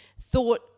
thought